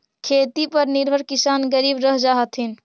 खेती पर निर्भर किसान गरीब रह जा हथिन